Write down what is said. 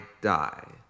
die